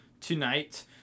tonight